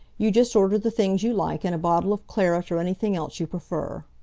you just order the things you like, and a bottle of claret or anything else you prefer.